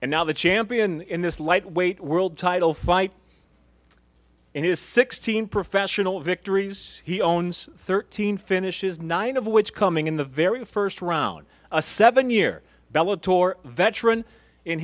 and now the champion in this light weight world title fight in his sixteen professional victories he owns thirteen finishes nine of which coming in the very st round a seven year